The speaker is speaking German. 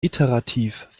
iterativ